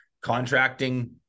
contracting